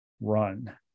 run